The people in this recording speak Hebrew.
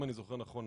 ואם אני זוכר נכון,